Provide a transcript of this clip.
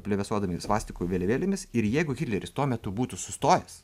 plevėsuodami svastikų vėliavėlėmis ir jeigu hitleris tuo metu būtų sustojęs